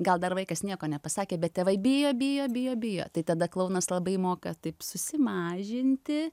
gal dar vaikas nieko nepasakė bet tėvai bijo bijo bijo bijo tai tada klounas labai moka taip susimažinti